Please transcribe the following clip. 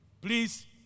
Please